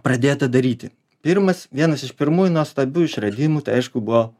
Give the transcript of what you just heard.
pradėta daryti pirmas vienas iš pirmųjų nuostabių išradimų tai aišku buvo